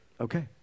Okay